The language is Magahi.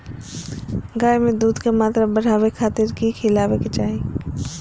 गाय में दूध के मात्रा बढ़ावे खातिर कि खिलावे के चाही?